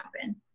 happen